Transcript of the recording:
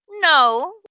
no